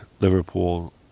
Liverpool